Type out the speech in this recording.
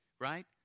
right